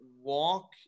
walk